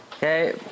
Okay